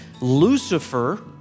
Lucifer